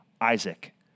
Isaac